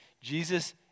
Jesus